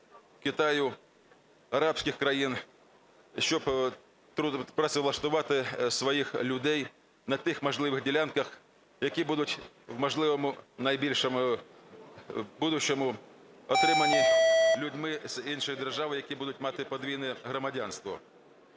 Китаю, арабських країн, щоб працевлаштувати своїх людей на тих можливих ділянках, які будуть в можливому найбільшому будущому в отриманні людьми з іншої держави, які будуть мати подвійне громадянство.